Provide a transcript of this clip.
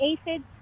aphids